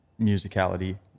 musicality